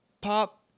pop